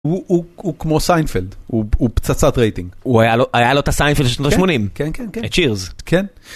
הוא כמו סיינפלד, הוא פצצת רייטינג. היה לו את הסיינפלד של שנות ה-80. כן, כן, כן. צ'ירז. כן.